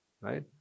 right